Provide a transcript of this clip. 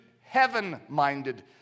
heaven-minded